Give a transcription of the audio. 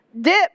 dip